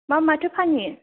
मा माथो फानहैयो